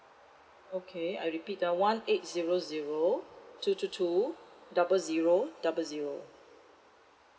okay I repeat ah one eight zero zero two two two double zero double zero